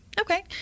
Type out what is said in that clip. Okay